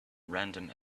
random